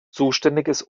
zuständiges